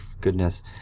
Goodness